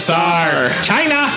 China